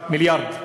מיליארד.